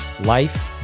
life